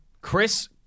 Chris